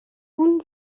اون